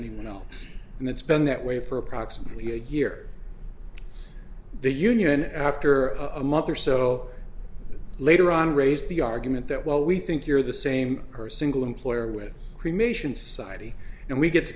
anyone else and it's been that way for approximately a year the union after a month or so later on raised the argument that well we think you're the same her single employer with